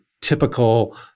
typical